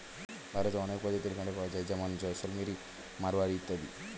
ভারতে অনেক প্রজাতির ভেড়া পাওয়া যায় যেমন জয়সলমিরি, মারোয়ারি ইত্যাদি